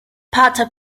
pater